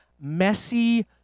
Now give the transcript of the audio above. Messy